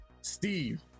steve